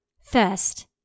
First